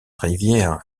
rivière